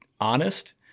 honest